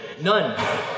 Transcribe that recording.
none